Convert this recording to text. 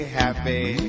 happy